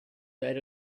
that